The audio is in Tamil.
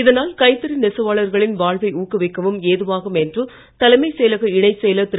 இதனால் கைத்தறி நெசவாளர்களின் வாழ்வை ஊக்குவிக்கவும் ஏதுவாகும் என்று தலைமைச் செயலக இணைச் செயலர் திரு